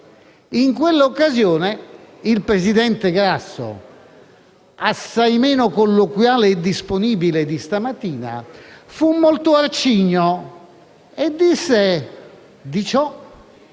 In quell'occasione il presidente Grasso, assai meno colloquiale e disponibile di stamattina, fu molto arcigno e disse che di ciò,